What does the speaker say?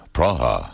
Praha